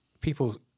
people